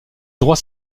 droits